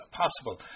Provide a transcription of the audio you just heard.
possible